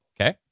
Okay